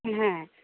হ্যাঁ